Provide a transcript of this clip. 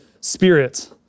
spirit